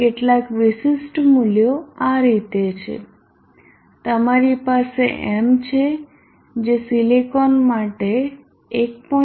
કેટલાક વિશિષ્ટ મૂલ્યો આ રીતે છે તમારી પાસે M છે જે સિલિકોન માટે 1